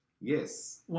Yes